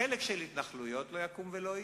החלק של התנחלויות, לא יקום ולא יהיה,